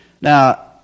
Now